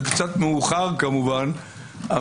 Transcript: קצת מאוחר כמובן,